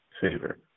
favor